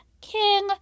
king